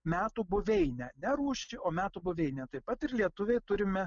metų buveinę ne rūšį o metų buveinę taip pat ir lietuviai turime